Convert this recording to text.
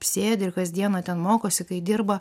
sėdi ir kasdieną ten mokosi kai dirba